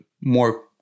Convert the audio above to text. more